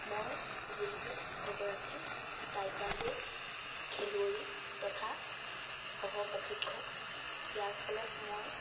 মই যিহেতু এগৰাকী টাইকুৱাণ্ডো খেলুৱৈ তথা সহ প্ৰশিক্ষক ইয়াৰ ফলত মই